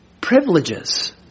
privileges